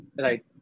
Right